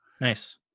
Nice